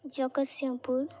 Jagatsinghpur